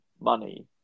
money